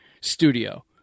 studio